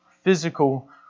physical